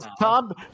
Tom